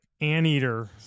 anteater